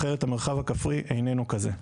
אחרת המרחב הכפרי איננו כזה.